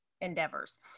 endeavors